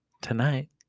Tonight